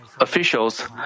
officials